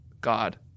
God